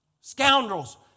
Scoundrels